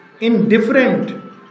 indifferent